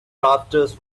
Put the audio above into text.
rafters